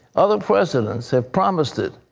other presidents have promised it,